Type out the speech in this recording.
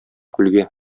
күлгә